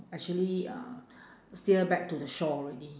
actually uh sail back to the shore already